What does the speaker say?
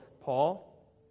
Paul